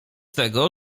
tego